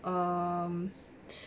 um